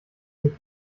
sich